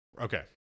Okay